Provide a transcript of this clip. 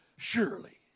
Surely